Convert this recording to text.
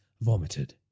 vomited